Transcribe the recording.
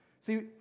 See